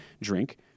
drink